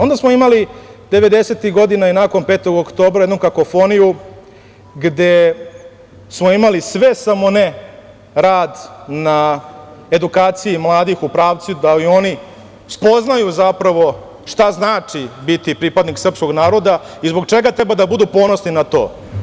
Onda smo imali devedesetih godina i nakon 5. oktobra jednu kakofoniju, gde smo imali sve, samo ne rad na edukaciji mladih u pravcu da i oni spoznaju zapravo šta znači biti pripadnik srpskog naroda i zbog čega treba da budu ponosni na to.